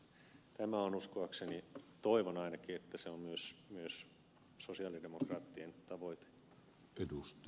tämä on uskoakseni toivon ainakin että se on myös sosialidemokraattien tavoite